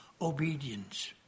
obedience